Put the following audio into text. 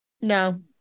No